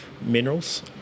minerals